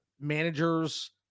managers